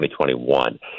2021